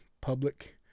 Public